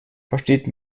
versteht